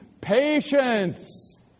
patience